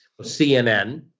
CNN